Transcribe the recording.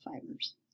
Fibers